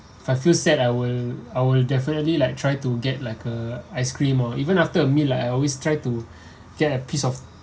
I feel sad I will I will definitely like try to get like a ice cream or even after a meal I always try to get a piece of